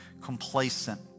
complacent